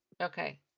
okay